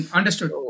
Understood